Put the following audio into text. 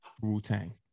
Wu-Tang